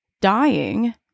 dying